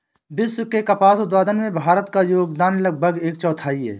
विश्व के कपास उत्पादन में भारत का योगदान लगभग एक चौथाई है